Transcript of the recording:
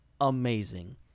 amazing